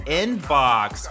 inbox